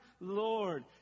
Lord